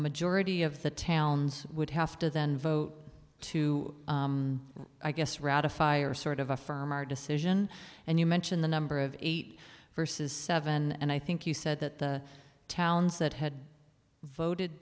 majority of the towns would have to then vote to i guess ratify or sort of affirm our decision and you mention the number of eight versus seven and i think you said that the towns that had voted